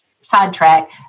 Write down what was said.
sidetrack